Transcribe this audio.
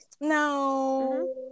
No